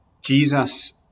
Jesus